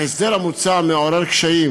ההסדר המוצע מעורר קשיים,